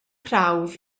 prawf